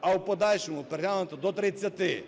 а в подальшому переглянути до 30.